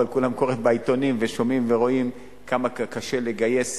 אבל כולם קוראים בעיתונים ושומעים ורואים כמה קשה לגייס